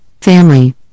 family